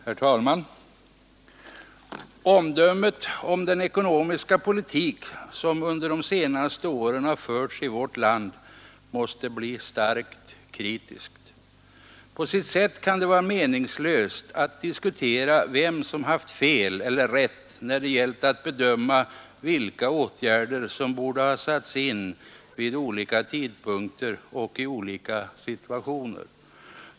Herr talman! Omdömet om den ekonomiska politik som under de senaste åren har förts i vårt land måste bli starkt kritiskt. På sitt sätt kan det vara meningslöst att diskutera vem som har haft fel eller rätt när det gällt att bedöma vilka åtgärder som borde ha satts in vid olika tidpunkter och i olika situationer.